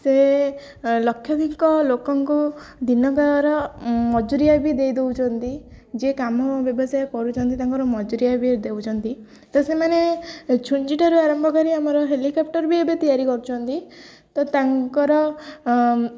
ସେ ଲକ୍ଷାଧିକ ଲୋକଙ୍କୁ ଦିନକାର ମଜୁରିଆ ବି ଦେଇ ଦେଉଛନ୍ତି ଯିଏ କାମ ବ୍ୟବସାୟ କରୁଛନ୍ତି ତାଙ୍କର ମଜୁରିଆ ବି ଦେଉଛନ୍ତି ତ ସେମାନେ ଛୁଞ୍ଚିଠାରୁ ଆରମ୍ଭ କରି ଆମର ହେଲିକାପ୍ଟର ବି ଏବେ ତିଆରି କରୁଛନ୍ତି ତ ତାଙ୍କର